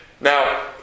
Now